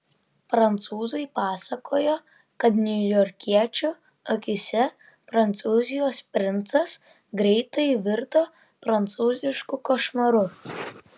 prancūzai pasakojo kad niujorkiečių akyse prancūzijos princas greitai virto prancūzišku košmaru